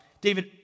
David